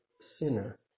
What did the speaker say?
sinner